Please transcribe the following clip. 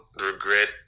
regret